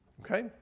Okay